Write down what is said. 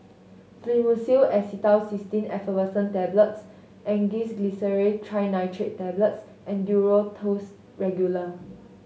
Fluimucil Acetylcysteine Effervescent Tablets Angised Glyceryl Trinitrate Tablets and Duro Tuss Regular